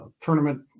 tournament